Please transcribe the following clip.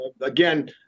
again